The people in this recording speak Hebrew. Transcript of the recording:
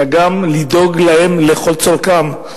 אלא גם בדאגה להם לכל צורכם.